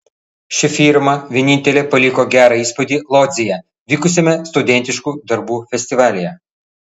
ši firma vienintelė paliko gerą įspūdį lodzėje vykusiame studentiškų darbų festivalyje